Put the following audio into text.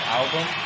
album